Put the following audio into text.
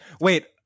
wait